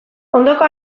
ondoko